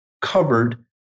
covered